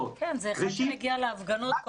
כן, זה אחד שמגיע להפגנות כל הזמן.